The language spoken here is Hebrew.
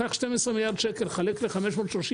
קח 12 מיליארד שקל תחלק ל-530,000,